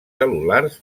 cel·lulars